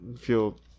feel